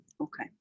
Okay